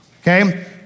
Okay